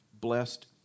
blessed